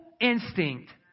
instinct